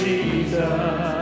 Jesus